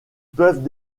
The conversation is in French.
peuvent